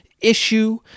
issue